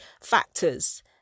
factors